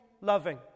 loving